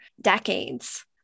decades